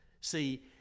See